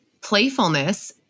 playfulness